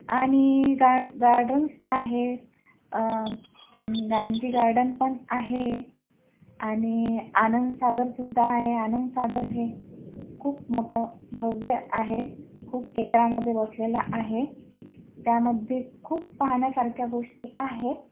आणि गार गार्डन्स आहे गांधी गार्डन पण आहे आणि आनंदसागरसुद्धा आहे आनंदसागर हे खूप मोठं भव्य आहे खूप एकरामध्ये वसलेलं आहे त्यामध्ये खूप पाहण्यासारख्या गोष्टी आहेत